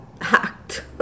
hacked